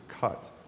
cut